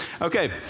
Okay